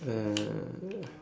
uh